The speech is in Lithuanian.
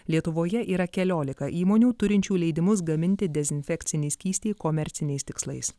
lietuvoje yra keliolika įmonių turinčių leidimus gaminti dezinfekcinį skystį komerciniais tikslais